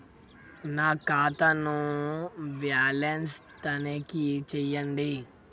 నా ఖాతా ను బ్యాలన్స్ తనిఖీ చేయండి?